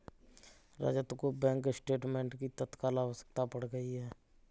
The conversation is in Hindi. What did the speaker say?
रजत को बैंक स्टेटमेंट की तत्काल आवश्यकता पड़ गई है